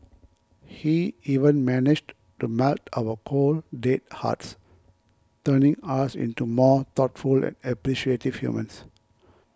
he even managed to melt our cold dead hearts turning us into more thoughtful and appreciative humans